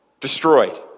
destroyed